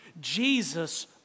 Jesus